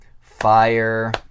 fire